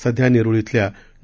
सध्या नेरूळ इथल्या डॉ